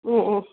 ꯑꯣ ꯑꯣ